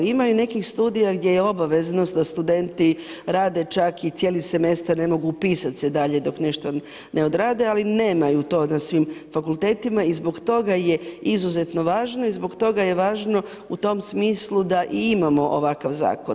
Ima nekih studija gdje je obaveznost da studenti rade čak i cijeli semestar, ne mogu upisat se dalje dok nešto ne odrade, ali nemaju to na svim fakultetima i zbog toga je izuzetno važno i zbog toga je važno u tom smislu da i imamo ovakav zakon.